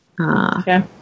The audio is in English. Okay